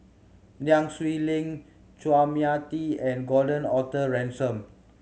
Nai Swee Leng Chua Mia Tee and Gordon Arthur Ransome